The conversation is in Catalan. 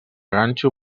ganxo